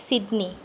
Sydney